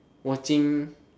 watching